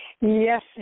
Yes